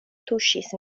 tuŝis